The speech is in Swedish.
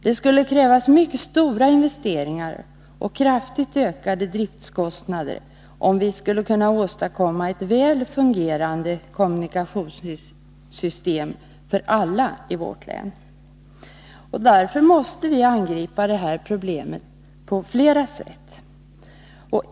Det skulle krävas mycket stora investeringar och kraftigt ökade driftkostnader om vi skulle kunna åstadkomma ett väl fungerande kommunikationssystem för alla i vårt län. Därför måste vi angripa problemen på flera sätt.